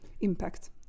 impact